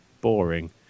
boring